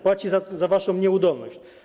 Płaci za waszą nieudolność.